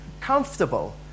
comfortable